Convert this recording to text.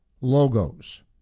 logos